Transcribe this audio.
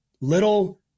little